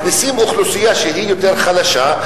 מכניסים אוכלוסייה שהיא יותר חלשה,